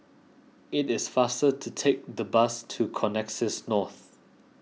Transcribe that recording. it is faster to take the bus to Connexis North